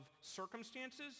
circumstances